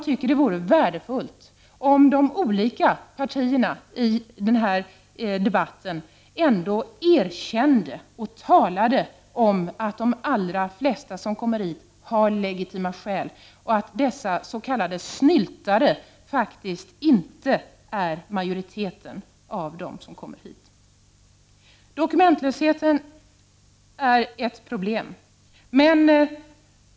Det vore värdefullt om de olika partierna i denna debatt erkände och talade om att de allra flesta som kommer hit har legitima skäl och att dessa s.k. snyltare inte är någon majoritet. Dokumentlösheten är ett problem.